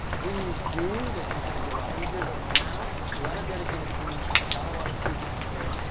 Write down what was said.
when you do this is going to be a lot easier, but for now without a dedicated team, without a lot of speeches to give,